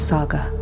Saga